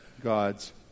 God's